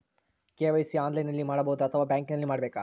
KYC ಆನ್ಲೈನಲ್ಲಿ ಮಾಡಬಹುದಾ ಅಥವಾ ಬ್ಯಾಂಕಿನಲ್ಲಿ ಮಾಡ್ಬೇಕಾ?